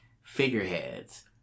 Figureheads